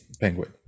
penguin